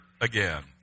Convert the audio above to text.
again